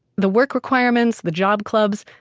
the work requirements, the job clubs,